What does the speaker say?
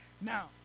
now